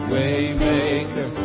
Waymaker